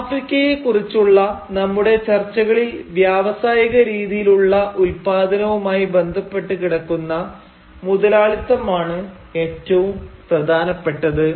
ആഫ്രിക്കയെ കുറിച്ചുള്ള നമ്മുടെ ചർച്ചകളിൽ വ്യാവസായിക രീതിയിലുള്ള ഉത്പാദനവുമായി ബന്ധപ്പെട്ടു കിടക്കുന്ന മുതലാളിത്തം ആണ് ഏറ്റവും പ്രധാനപ്പെട്ടത്